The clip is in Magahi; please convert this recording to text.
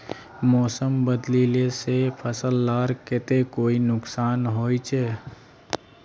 मौसम बदलिले से फसल लार केते कोई नुकसान होचए?